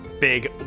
big